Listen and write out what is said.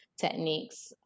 techniques